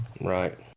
right